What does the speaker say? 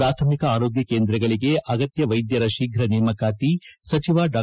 ಪ್ರಾಥಮಿಕ ಆರೋಗ್ಯ ಕೇಂದ್ರಗಳಿಗೆ ಅಗತ್ತ ವೈದ್ಯರ ಶೀಘ್ರ ನೇಮಕಾತಿ ಸಚಿವ ಡಾ